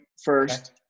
first